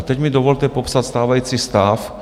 A teď mi dovolte popsat stávající stav.